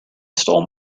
stole